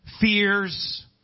fears